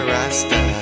Rasta